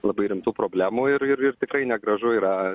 labai rimtų problemų ir ir tikrai negražu yra